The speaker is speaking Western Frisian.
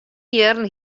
jierren